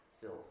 filth